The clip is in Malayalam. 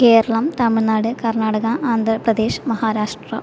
കേരളം തമിഴ്നാട് കർണ്ണാടക ആന്ധ്ര പ്രദേശ് മഹാരാഷ്ട്ര